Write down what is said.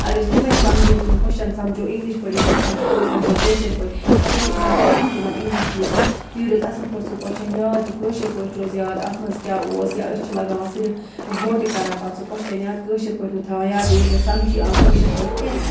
اگر أسۍ تِمےَ سمجھو تِم کوسچن سمجھو اِنگلِش پٲٹھۍ یِم آسان چھِ تِم سمجھو کٲشِرۍ پٲٹھۍ پَتہٕ ہیٚکہِ اِننان پانہٕ تہِ تِمن اِنگلِش لیکھِتھ بیٚیہِ روزِ اَصٕل پٲٹھۍ سُہ کوسچن یاد تہِ کٲشِر پٲٹھۍ روزِ یاد اَتھ منٛز کیٛاہ اوس یا أسۍ چھِ لگاوان صِرف گوٹہٕ کَران پَتہٕ سُہ کوسچن یاد کٲشِر پٲٹھۍ نہٕ تھاوان یادٕے ییٚلہِ نہٕ سَمجھٕے آو کٲشِر پٲٹھۍ کیٚنٛہہ